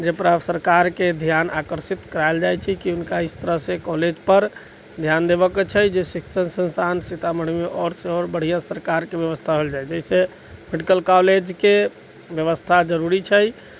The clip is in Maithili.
जाहि पर सरकारके ध्यान आकर्षित करायल जाइत छै कि हुनका इस तरह से कॉलेज पर ध्यान देबऽके छै जे शिक्षण संस्थान सीतामढ़ीमे आओरसँ आओर बढ़िआँ सरकारके व्यवस्था होल जाय जाहि से मेडिकल कॉलेजके व्यवस्था जरुरी छै